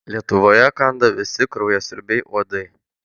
lietuvoje kanda visi kraujasiurbiai uodai